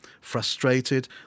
frustrated